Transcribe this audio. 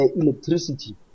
electricity